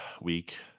week